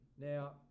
Now